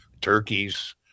turkeys